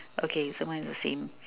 okay so mine is the same